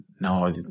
no